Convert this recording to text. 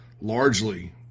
largely